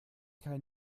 kein